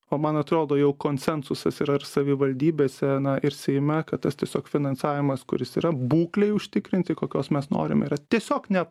o man atrodo jau konsensusas yra ir savivaldybėse na ir seime kad tas tiesiog finansavimas kuris yra būklei užtikrinti kokios mes norime yra tiesiog ne